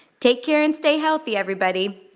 take care and stay healthy, everybody